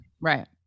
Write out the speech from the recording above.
Right